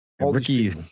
Ricky